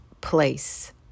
place